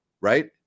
right